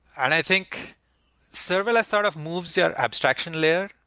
and i think serverless sort of moves your abstraction layer,